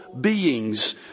beings